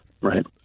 Right